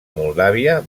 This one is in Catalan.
moldàvia